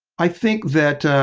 i think that ah,